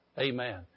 Amen